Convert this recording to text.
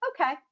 Okay